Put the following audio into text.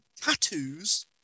tattoos